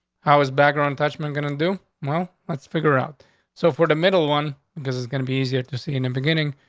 how is background tuchman gonna do? well, let's figure out so for the middle one, because it's gonna be easier to see in the and beginning,